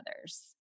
others